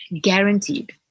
Guaranteed